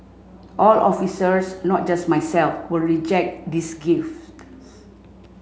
all officers not just myself will reject these